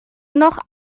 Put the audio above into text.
noch